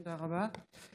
תודה רבה.